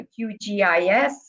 QGIS